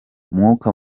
umwuka